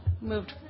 moved